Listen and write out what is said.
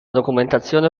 documentazione